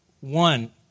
one